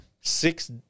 six